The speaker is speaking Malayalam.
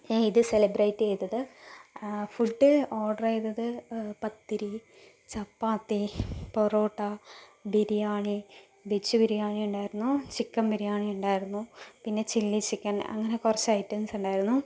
ഇത് സെലിബ്രേറ്റ് ചെയ്തത് ഫുഡ് ഓർഡറ് ചെയ്തത് പത്തിരി ചപ്പാത്തി പൊറോട്ട ബിരിയാണി വെജ്ജ് ബിരിയാണി ഇണ്ടാരുന്നു ചിക്കൻ ബിരിയാണി ഇണ്ടാരുന്നു പിന്നെ ചില്ലി ചിക്കൻ അങ്ങനെ കുറച്ച് ഐറ്റംസുണ്ടായിരുന്നു